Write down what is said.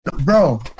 Bro